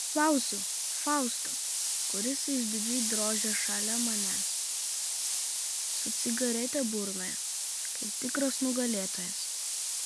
klausiu faustą kuris išdidžiai drožia šalia manęs su cigarete burnoje kaip tikras nugalėtojas